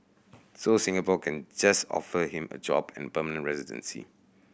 so Singapore can just offer him a job and permanent residency